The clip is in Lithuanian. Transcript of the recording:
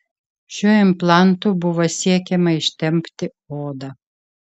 šiuo implantu buvo siekiama ištempti odą